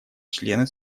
члены